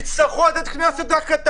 אם יש 40, על ה-40 יצטרכו לתת קנס יותר קטן.